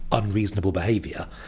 unreasonable behaviour!